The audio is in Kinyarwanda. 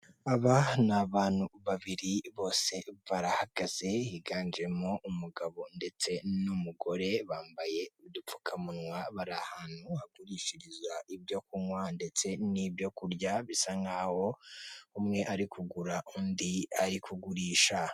Aba ni abantu babiri bose barahagaze, higanjemo umugabo ndetse n'umugore. Bambaye udupfukamunwa bari ahantu hagurishirizwa ibyo kunywa ndetse n'ibyo kurya, bisa nk'aho umwe ari kugura undi ari kugurisha.